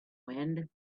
wind